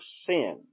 sin